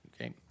Okay